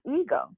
ego